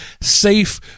safe